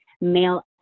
male